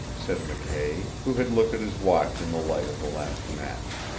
said mckay, who had looked at his watch in the light of the last match.